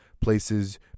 places